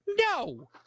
no